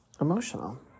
emotional